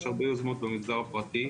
יש הרבה יוזמות במגזר הפרטי,